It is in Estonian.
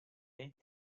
leiti